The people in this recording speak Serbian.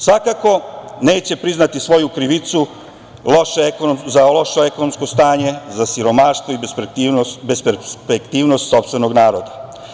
Svakako, neće priznati svoju krivicu za loše ekonomsko stanje, za siromaštvo i besperspektivnost sopstvenog naroda.